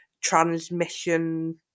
Transmission